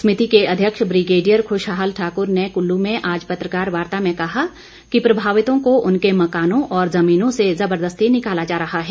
समिति के अध्यक्ष ब्रिगेडियर खुशहाल ठाकुर ने कुल्लू में आज पत्रकार वार्ता में कहा कि प्रभावितों को उनके मकानों और जमीनों से जबर्दस्ती निकाला जा रहा है